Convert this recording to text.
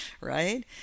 right